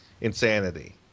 insanity